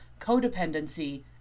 codependency